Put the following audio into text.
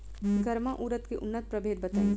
गर्मा उरद के उन्नत प्रभेद बताई?